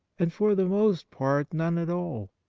and for the most part none at all.